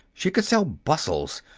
she could sell bustles.